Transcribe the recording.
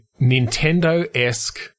Nintendo-esque